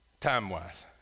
Time-wise